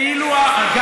אתה כולל את,